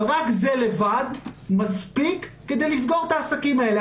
רק זה לבד מספיק כדי לסגור את העסקים האלה.